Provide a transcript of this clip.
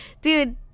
Dude